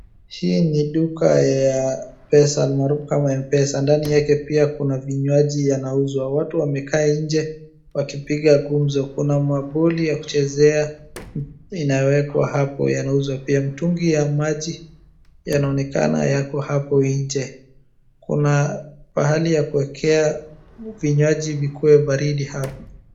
Hii ni duka ya pesa almaharufu kama M-pesa ndani yake pia kuna vinywaji wanauza watu wamekaa nje wakipiga gumzo kuna maboli ya kuchezea inaekwa hapo yanauza pia mtungi ya maji yanaonekana yako hapo nje kuna mahali pa kuwekea vinywaji vikue baridi hapo.